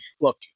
Look